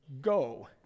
go